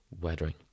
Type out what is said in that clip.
weathering